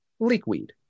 leekweed